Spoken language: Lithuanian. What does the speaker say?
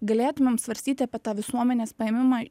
galėtumėm svarstyti apie tą visuomenės paėmimą